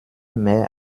mehr